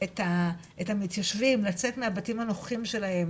את המתיישבים לצאת מהבתים הנוכחים שלהם